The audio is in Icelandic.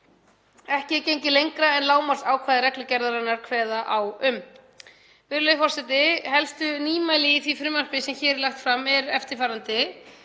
Ekki er gengið lengra en lágmarksákvæði reglugerðarinnar kveða á um.